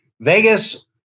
Vegas